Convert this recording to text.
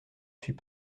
suis